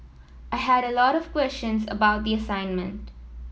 I had a lot of questions about the assignment